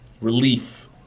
relief